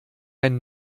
ein